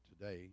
today